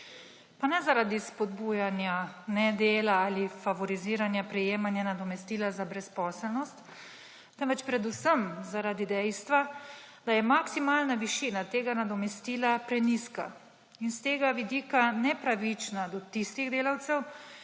Pa ne zaradi spodbujanja nedela ali favoriziranja prejemanja nadomestila za brezposelnost, temveč predvsem zaradi dejstva, da je maksimalna višina tega nadomestila prenizka in s tega vidika nepravična do tistih delavcev,